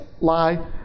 lie